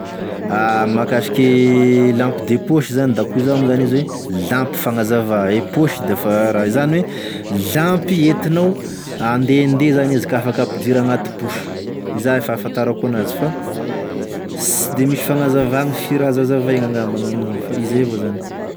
Mahakasiky e lampy de pôsy zany da akô izany zany izy oe lampy fagnazavà, e pôsy da efa raha zany oe lampy entinao handehandeha zany izy ka afaka ampidira agnaty pôsy, izà e fahafantarako anazy fa sy de misy fagnazavagny firy azo azavaigny ngamba gn'amin'igny fa izay avao zany.